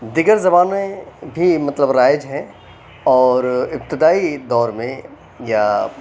دیگر زبانیں بھی مطلب رائج ہیں اور ابتدائی دور میں یا